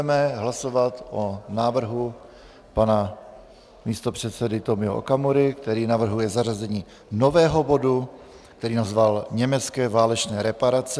Nyní budeme hlasovat o návrhu pana místopředsedy Tomio Okamury, který navrhuje zařazení nového bodu, který nazval Německé válečné reparace.